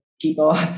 people